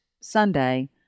Sunday